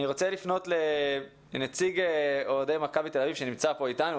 אני רוצה לפנות לנציג אוהדי מכבי תל-אביב שבחר